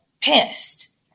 pissed